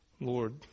Lord